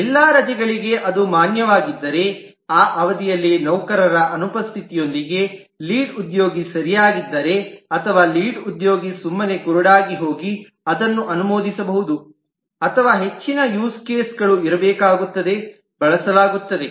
ಎಲ್ಲಾ ರಜೆಗಳಿಗೆ ಅದು ಮಾನ್ಯವಾಗಿದ್ದರೆ ಆ ಅವಧಿಯಲ್ಲಿ ನೌಕರರ ಅನುಪಸ್ಥಿತಿಯೊಂದಿಗೆ ಲೀಡ್ ಉದ್ಯೋಗಿ ಸರಿಯಾಗಿದ್ದರೆ ಅಥವಾ ಲೀಡ್ ಉದ್ಯೋಗಿ ಸುಮ್ಮನೆ ಕುರುಡಾಗಿ ಹೋಗಿ ಅದನ್ನು ಅನುಮೋದಿಸಬಹುದು ಅಥವಾ ಹೆಚ್ಚಿನ ಯೂಸ್ ಕೇಸ್ಗಳು ಇರಬೇಕಾಗುತ್ತದೆ ಬಳಸಲಾಗುತ್ತದೆ